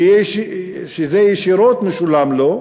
שזה משולם לו ישירות,